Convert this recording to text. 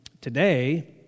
today